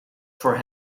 for